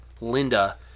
Linda